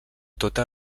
tota